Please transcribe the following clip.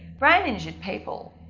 brain injured people,